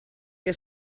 que